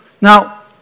Now